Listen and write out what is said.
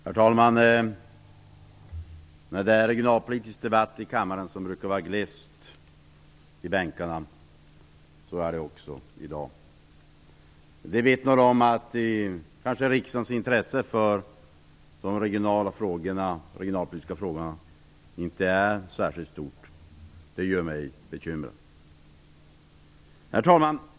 Herr talman! När det är regionalpolitisk debatt i kammaren, brukar det vara glest i bänkarna. Så är det också i dag. Det vittnar om att riksdagens intresse för de regionalpolitiska frågorna kanske inte är särskilt stort. Det gör mig bekymrad. Herr talman!